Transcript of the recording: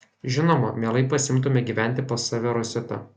žinoma mielai pasiimtume gyventi pas save rositą